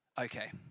Okay